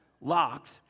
locked